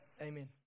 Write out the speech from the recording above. Amen